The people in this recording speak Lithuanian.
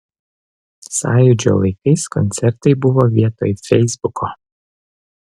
sąjūdžio laikais koncertai buvo vietoj feisbuko